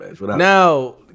now